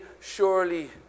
surely